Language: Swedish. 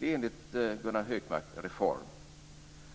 är enligt Gunnar Hökmark en reform.